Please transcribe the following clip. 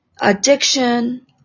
addiction